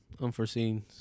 unforeseen